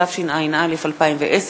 התשע"א 2010,